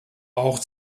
auch